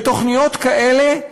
ותוכניות כאלה,